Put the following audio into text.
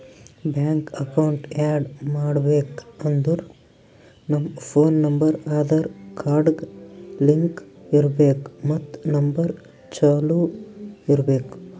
bank account add ಮಾಡ್ಬೇಕ್ ಅಂದುರ್ ನಮ್ ಫೋನ್ ನಂಬರ್ ಆಧಾರ್ ಕಾರ್ಡ್ಗ್ ಲಿಂಕ್ ಇರ್ಬೇಕ್ ಮತ್ ನಂಬರ್ ಚಾಲೂ ಇರ್ಬೇಕ್